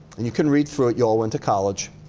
and you can read through it. you all went to college.